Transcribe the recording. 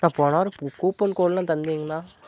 அண்ணா போன வாரம் கூ கூப்பன் கோடெலாம் தந்திங்கண்ணா